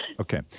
Okay